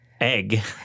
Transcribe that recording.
egg